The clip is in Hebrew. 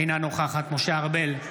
אינה נוכחת משה ארבל,